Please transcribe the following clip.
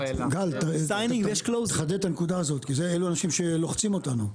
גל תחדד את הנקודה הזאת כי אלו אנשים שלוחצים אותנו.